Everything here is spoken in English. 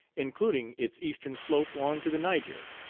including its eastern slope on to the niger,